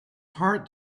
heart